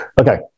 Okay